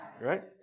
right